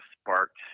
sparked